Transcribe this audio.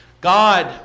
God